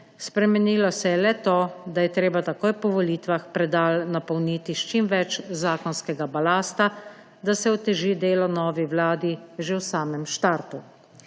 Spremenilo se je le to, da je treba takoj po volitvah predal napolniti s čim več zakonskega balasta, da se oteži delo novi vladi že v samem štartu.